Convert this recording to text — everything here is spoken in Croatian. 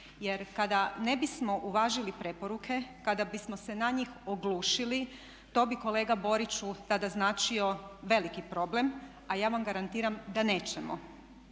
jer kada ne bismo uvažili preporuke, kada bismo se na njih oglušili to bi kolega Boriću tada značio veliki problem, a ja vam garantiram da nećemo.